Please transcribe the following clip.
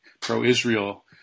pro-Israel